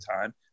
time